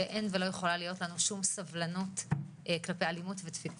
שאין ולא יכולה להיות לנו שום סבלנות כלפי אלימות ותקיפה.